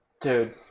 Dude